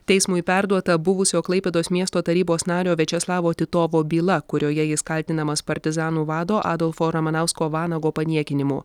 teismui perduota buvusio klaipėdos miesto tarybos nario večeslavo titovo byla kurioje jis kaltinamas partizanų vado adolfo ramanausko vanago paniekinimu